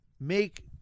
make